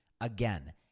Again